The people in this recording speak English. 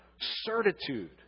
certitude